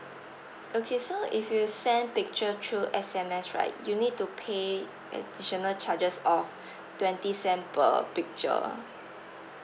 okay so if you send picture through S_M_S right you need to pay additional charges of twenty cents per picture